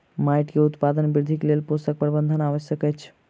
माइट के उत्पादन वृद्धिक लेल पोषक प्रबंधन आवश्यक अछि